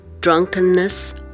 drunkenness